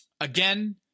again